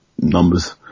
numbers